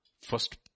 First